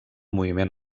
moviment